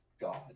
god